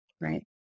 right